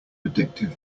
addictive